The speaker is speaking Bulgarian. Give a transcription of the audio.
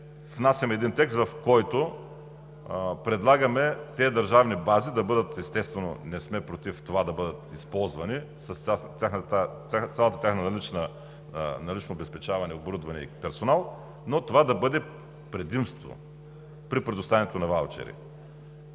внасяме един текст, с който предлагаме тези държавни бази да бъдат – естествено, не сме против да бъдат използвани с цялото тяхно налично обезпечаване, оборудване и персонал, но това да бъде предимство при предоставянето на ваучери.